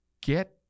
get